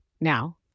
Now